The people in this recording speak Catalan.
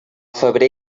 febrer